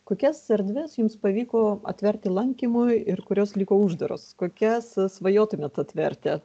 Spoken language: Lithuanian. kokias erdves jums pavyko atverti lankymui ir kurios liko uždaros kokias svajotumėt atverti